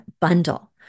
bundle